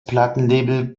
plattenlabel